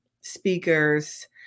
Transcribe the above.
speakers